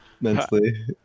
Mentally